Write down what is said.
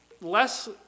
less